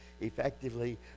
effectively